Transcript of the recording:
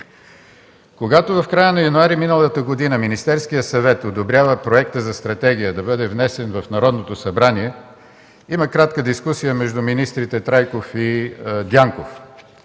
Когато в края на януари миналата година Министерският съвет одобрява проекта за стратегия да бъде внесен в Народното събрание има кратка дискусия между министрите Трайков и Дянков,